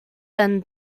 than